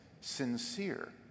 sincere